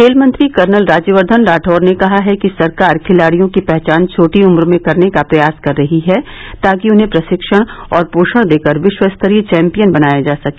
खेल मंत्री कर्नल राज्यवर्धन राठौड़ ने कहा है कि सरकार खिलाड़ियों की पहचान छोटी उम्र में करने का प्रयास कर रही है ताकि उन्हें प्रशिक्षण और पोषण देकर विश्व स्तरीय चौम्पियन बनाया जा सका